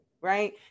right